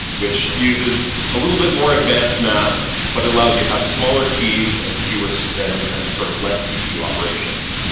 which uses a little bit more advanced math, but it allows you to have smaller keys and fewer so and and sort of less cpu operations.